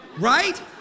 Right